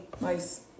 nice